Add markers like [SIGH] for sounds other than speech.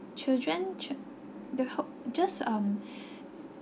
children ch~ the who~ just um [BREATH]